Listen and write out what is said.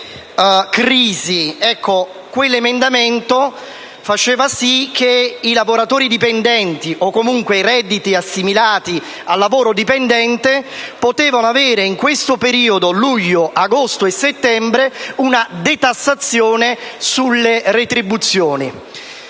quell'emendamento faceva sì che i lavoratori dipendenti o comunque i redditi assimilati al lavoro dipendente potessero avere, in questo periodo di luglio, agosto e settembre, una detassazione sulle retribuzioni.